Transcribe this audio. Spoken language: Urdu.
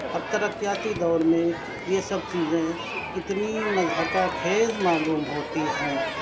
اب ترقیاتی دور میں یہ سب چیزیں کتنی مزہ کا خیز معلوم ہوتی ہیں